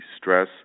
stress